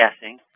guessing